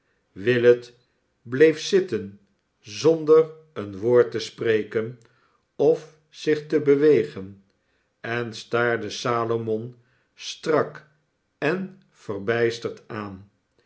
willet bleef zitten zonder een woord te spreken ofzichtebewegen en staarde salomon strak en verbijsterd aan